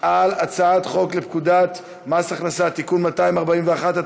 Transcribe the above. על הצעת חוק לתיקון פקודת מס הכנסה (מס' 241),